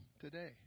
today